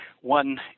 one